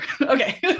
Okay